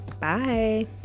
Bye